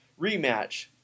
rematch